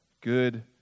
good